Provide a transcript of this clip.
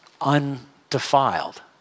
undefiled